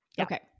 Okay